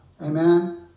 Amen